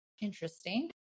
interesting